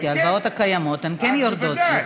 כי ההלוואות הקיימות כן יורדות.